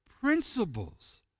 principles